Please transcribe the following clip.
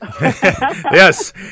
Yes